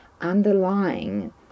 underlying